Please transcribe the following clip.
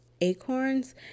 Acorns